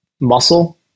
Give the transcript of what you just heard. muscle